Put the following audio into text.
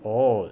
oh